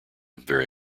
very